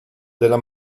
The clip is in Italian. della